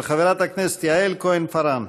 של חברת הכנסת יעל כהן-פארן.